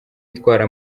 itwara